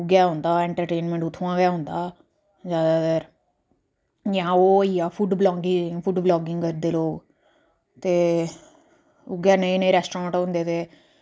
अज्जकल इन्ना ते निं ऐ कोई पर फिर बी बिच बिच लोक पराने जमानै ई बड़े बड़ी जादा मतलब करदे हे ओह् मतलब ऐहीं बी रवाज़ चलांदे न